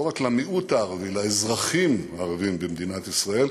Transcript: לא רק למיעוט הערבי, לאזרחים הערבים במדינת ישראל.